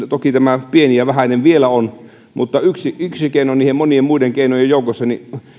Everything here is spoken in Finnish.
toki tämä vielä on pieni ja vähäinen mutta yksi yksi keino niiden monien muiden keinojen joukossa